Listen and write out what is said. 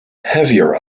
heavier